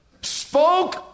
spoke